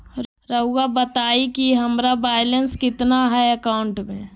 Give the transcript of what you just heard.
रहुआ बताएं कि हमारा बैलेंस कितना है अकाउंट में?